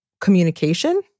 communication